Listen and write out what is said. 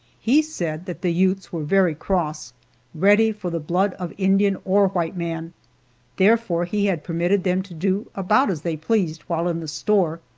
he said that the utes were very cross ready for the blood of indian or white man therefore he had permitted them to do about as they pleased while in the store,